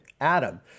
Adam